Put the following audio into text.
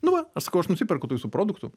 nu va aš sakau aš nusiperku tų jūsų produktų